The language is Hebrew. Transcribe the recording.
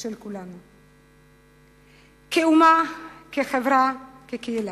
של כולנו, כאומה, כחברה, כקהילה.